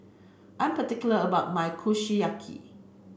I'm particular about my Kushiyaki